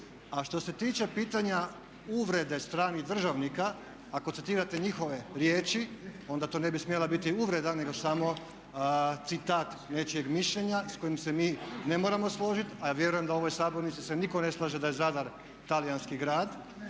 A što se tiče pitanja uvrede stranih državnika ako citirate njihove riječi onda to ne bi smjela biti uvreda nego samo citat nečijeg mišljenja s kojim se mi ne moramo složiti, a ja vjerujem da u ovoj sabornici se nitko ne slaže da je Zadar talijanski grad